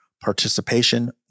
participation